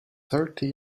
thirty